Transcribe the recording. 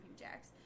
jacks